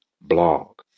Blog